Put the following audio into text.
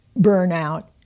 burnout